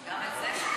גם על זה?